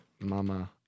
Mama